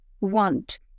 want